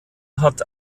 hat